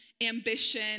ambition